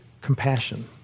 compassion